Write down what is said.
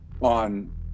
on